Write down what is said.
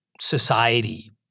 society